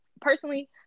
personally